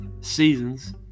seasons